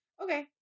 okay